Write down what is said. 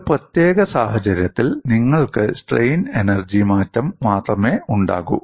ഒരു പ്രത്യേക സാഹചര്യത്തിൽ നിങ്ങൾക്ക് സ്ട്രെയിൻ എനർജി മാറ്റം മാത്രമേ ഉണ്ടാകൂ